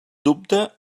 dubte